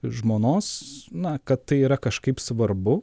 žmonos na kad tai yra kažkaip svarbu